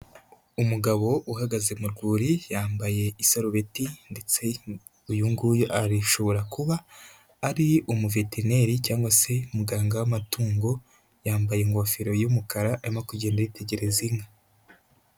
Umugabo uhagaze mu rwuri yambaye isarubeti ndetse uyu nguyu arashobora kuba ari umuveteneri cyangwa se umuganga w'amatungo, yambaye ingofero y'umukara arimo kugenda yitegereza inka.